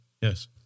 yes